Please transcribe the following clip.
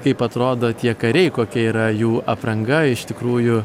kaip atrodo tie kariai kokia yra jų apranga iš tikrųjų